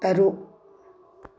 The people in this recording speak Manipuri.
ꯇꯔꯨꯛ